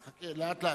חכה, לאט-לאט.